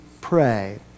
pray